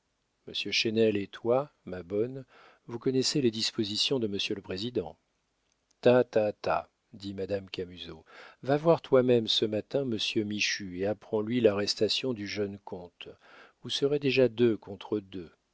monsieur chesnel et toi ma bonne vous connaissez les dispositions de monsieur le président ta ta ta dit madame camusot va voir toi-même ce matin monsieur michu et apprends lui l'arrestation du jeune comte vous serez déjà deux contre deux